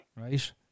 right